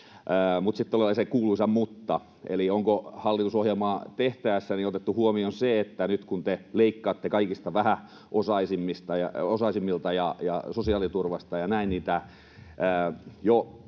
sitten tulee se kuuluisa mutta, eli onko hallitusohjelmaa tehtäessä otettu huomioon se, että nyt kun te leikkaatte kaikista vähäosaisimmilta ja sosiaaliturvasta ja näin, niin tämä jo aika